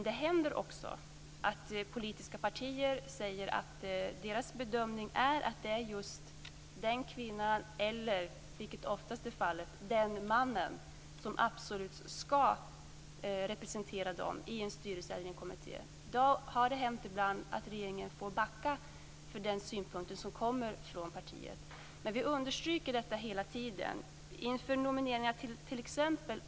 Det händer också att politiska partier säger att deras bedömning är att just den kvinnan eller - vilket oftast är fallet - den mannen absolut skall representera dem i en styrelse eller kommitté. Då har det ibland hänt att regeringen har fått backa för synpunkterna från partierna. Vi understryker denna fråga hela tiden. Inför nomineringar till t.ex.